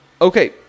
Okay